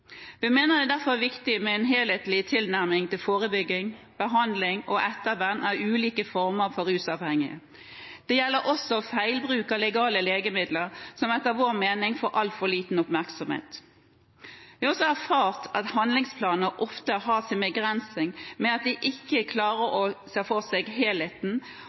Vi mener det derfor er viktig med en helhetlig tilnærming til forebygging, behandling og ettervern av ulike former for rusavhengighet. Det gjelder også feilbruk av legale legemidler, som etter vår mening får altfor liten oppmerksomhet. Vi har også erfart at handlingsplaner ofte har sine begrensninger ved at de ikke klarer å se helheten, og ikke blir noe godt verktøy for